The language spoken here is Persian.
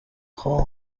خواه